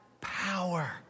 power